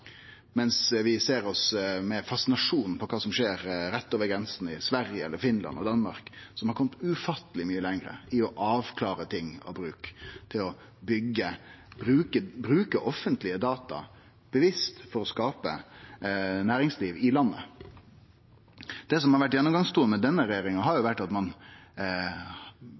mens vi ser med fascinasjon på kva som skjer rett over grensa i Sverige, Finland og Danmark, som har kome ufatteleg mykje lenger i å avklare ting og bruk, og til å bruke offentlege data bevisst for å skape næringsliv i landet. Det som har vore gjennomgangstonen med denne regjeringa, er at ein blåøygd berre har